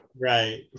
right